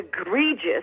egregious